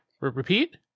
repeat